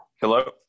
Hello